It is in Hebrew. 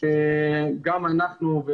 שגם אנחנו,